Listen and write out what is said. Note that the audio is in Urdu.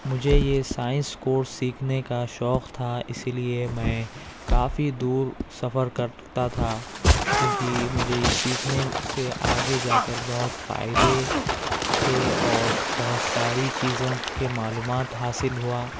مجھے یہ سائنس کورس سیکھنے کا شوق تھا اسی لیے میں کافی دور سفر کرتا تھا کیوں کہ مجھے یہ سیکھنے سے آگے جا کر بہت فائدے تھے اور بہت ساری چیزوں کے معلومات حاصل ہوا